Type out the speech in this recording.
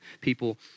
people